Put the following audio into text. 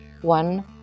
one